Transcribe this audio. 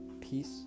peace